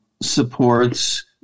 supports